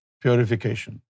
purification